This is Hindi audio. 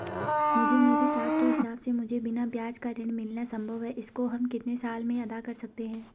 मुझे मेरे साख के हिसाब से मुझे बिना ब्याज का ऋण मिलना संभव है इसको हम कितने साल में अदा कर सकते हैं?